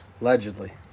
Allegedly